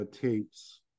tapes